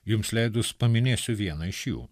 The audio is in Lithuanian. jums leidus paminėsiu vieną iš jų